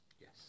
Yes